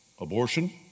abortion